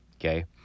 Okay